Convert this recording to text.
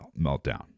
meltdown